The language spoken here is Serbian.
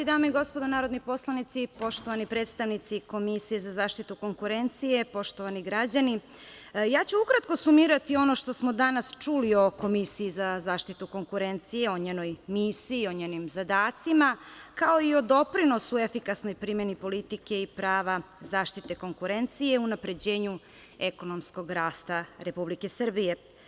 Dame i gospodo narodni poslanici, poštovani predstavnici Komisije za zaštitu konkurencije, poštovani građani, ukratko ću sumirati ono što smo danas čuli o Komisiji za zaštitu konkurencije, o njenoj misiji, o njenim zadacima, kao i o doprinosu efikasnoj primeni politike i prava zaštite konkurencije u unapređenju ekonomskog rasta Republike Srbije.